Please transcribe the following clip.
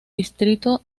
distrito